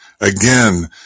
again